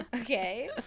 Okay